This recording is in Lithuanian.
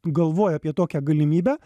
galvoja apie tokią galimybę